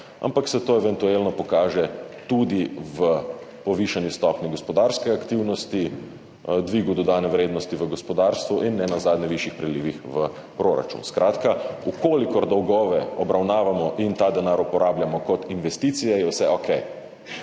ampak se to eventualno pokaže tudi v povišani stopnji gospodarske aktivnosti, dvigu dodane vrednosti v gospodarstvu in nenazadnje višjih prilivih v proračun. Skratka, če dolgove obravnavamo in ta denar uporabljamo kot investicije, je vse okej,